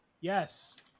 Yes